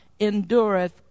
endureth